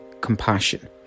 compassion